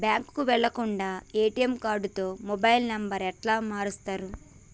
బ్యాంకుకి వెళ్లకుండా ఎ.టి.ఎమ్ కార్డుతో మొబైల్ నంబర్ ఎట్ల మారుస్తరు?